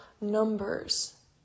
numbers